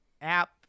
app